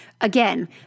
Again